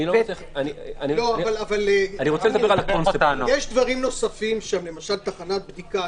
לא תרים תחנת בדיקה